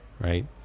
right